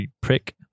prick